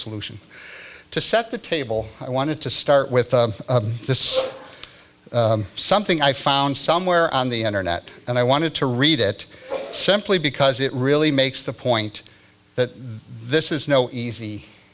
solution to set the table i wanted to start with this something i found somewhere on the internet and i wanted to read it simply because it really makes the point that this is no easy